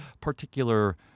particular